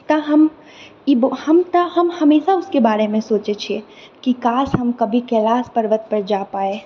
तऽ हम ई हम हम तऽ हमेशा उसके बारेमे सोचै छिए कि काश हम कभी कैलाश पर्वतपर जा पाइ